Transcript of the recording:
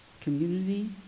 community